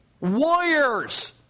warriors